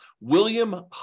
William